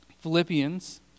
Philippians